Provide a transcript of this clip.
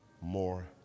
more